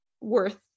worth